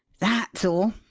that's all!